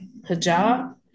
hijab